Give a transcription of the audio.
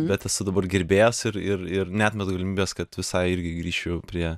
bet esu dabar gerbėjas ir ir ir neatmetu galimybės kad visai irgi grįšiu prie